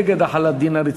נגד החלת דין הרציפות.